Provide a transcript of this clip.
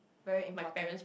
very important